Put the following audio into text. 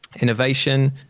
innovation